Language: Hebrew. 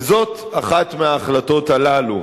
וזאת אחת מההחלטות האלה,